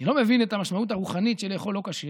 אני לא מבין את המשמעות הרוחנית של לאכול לא כשר